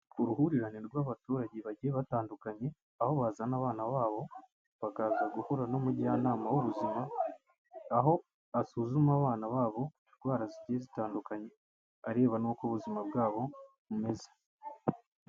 Uruhurirane rw'abaturage bagiye batandukanye, aho bazana abana babo bakaza guhura n'umujyanama w'ubuzima, aho asuzuma abana babo indwara zigiye zitandukanye, areba n'uko ubuzima bwabo bumeze.